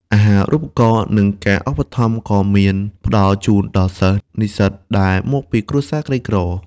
អាហារូបករណ៍ និងការឧបត្ថម្ភក៏មានផ្តល់ជូនដល់សិស្ស និស្សិតដែលមកពីគ្រួសារក្រីក្រ។